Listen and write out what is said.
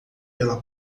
pela